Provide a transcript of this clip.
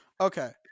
Okay